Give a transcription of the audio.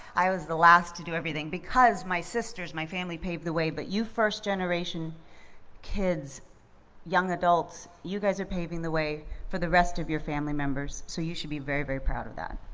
i was the last to do everything, because my sister's, my family paved the way. but you first-generation kids young adults, you guys are paving the way for the rest of your family members, so you should be very, very proud of that.